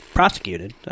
prosecuted